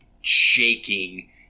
shaking